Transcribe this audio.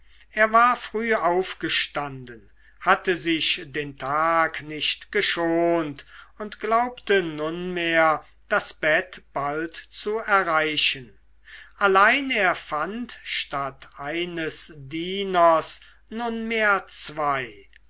er war früh aufgestanden hatte sich den tag nicht geschont und glaubte nunmehr das bett bald zu erreichen allein er fand statt eines dieners nunmehr zwei